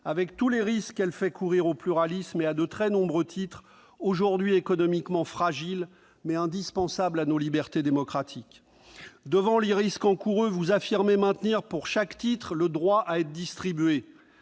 avec tous les risques qu'elle fait courir au pluralisme et à de très nombreux titres, aujourd'hui économiquement fragiles, mais indispensables à nos libertés démocratiques. Devant les risques encourus, vous affirmez maintenir pour chaque titre le droit à être distribué.